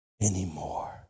anymore